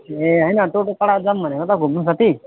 ए होइन टोटोपाडा जाऔँ भनेको त घुम्नु साथी